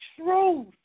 truth